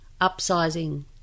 Upsizing